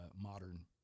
modern